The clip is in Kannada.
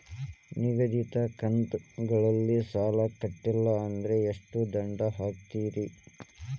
ನಿಗದಿತ ಕಂತ್ ಗಳಲ್ಲಿ ಸಾಲ ಕಟ್ಲಿಲ್ಲ ಅಂದ್ರ ಎಷ್ಟ ದಂಡ ಹಾಕ್ತೇರಿ?